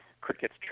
crickets